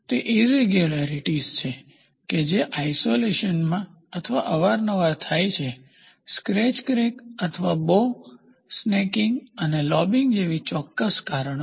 તે ઈરેગ્યુલારીટીઝ છે કે જે આઇસોલેશનમાં અથવા અવારનવાર થાય છે સ્ક્રેચ ક્રેક અથવા બો સ્નેકિંગ અને લોબીંગ જેવા ચોક્કસ કારણોસર